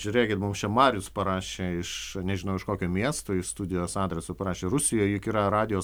žiūrėkit mums čia marius parašė iš nežinau iš kokio miesto iš studijos adresu parašė rusijoj juk yra radijos